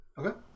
Okay